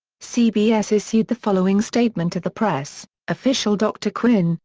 cbs issued the following statement to the press official dr. quinn,